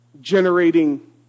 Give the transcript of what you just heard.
generating